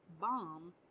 bomb